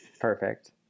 perfect